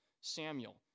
Samuel